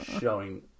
showing